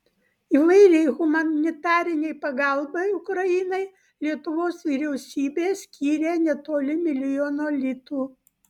įvairiai humanitarinei pagalbai ukrainai lietuvos vyriausybė skyrė netoli milijono litų